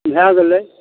भए गेलै